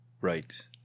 Right